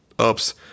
Oops